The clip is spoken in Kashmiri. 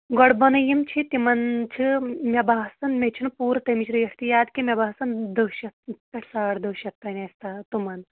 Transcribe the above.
گۄڈٕ بۅنَے یِم چھِ تِمَن چھِ مےٚ باسان مےٚ چھِنہٕ پوٗرٕ تمِچ ریٹ تہِ یاد کیٚنٛہہ مےٚ باسان دَہ شَتھ تہٕ پٮ۪ٹھٕ ساڑ دَہ شیَتھ تانۍ آسہِ تِمَن